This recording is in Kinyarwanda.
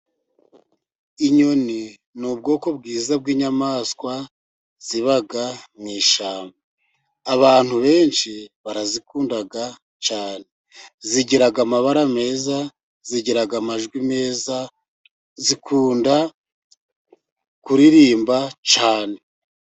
Inyoni ni ubwoko bwiza bw'inyamaswa ziba mu ishyamba. Abantu benshi barazikunda cyane zigira amabara meza, zigira amajwi meza, zikunda kuririmba cyane.